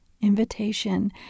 invitation